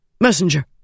Messenger